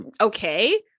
okay